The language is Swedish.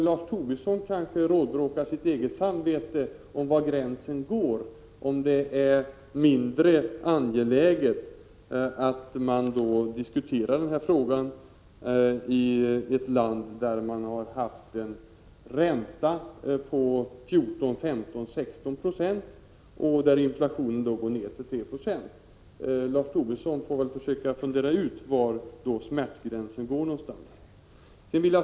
Lars Tobisson får kanske rådbråka sitt eget samvete när det gäller att fastställa var gränsen går — om det är mindre angeläget att diskutera den här frågan i ett land där man har haft en ränta på 14, 15, 16 90 och där inflationen sedan gått ned till 3 20. Lars Tobisson får väl försöka fundera ut var smärtgränsen går.